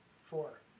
Four